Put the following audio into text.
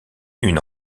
une